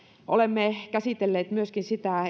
olemme käsitelleet myöskin sitä